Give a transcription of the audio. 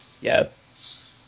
Yes